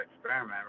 experiment